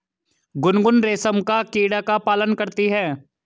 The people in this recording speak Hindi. गुनगुन रेशम का कीड़ा का पालन करती है